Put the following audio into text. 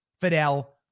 Fidel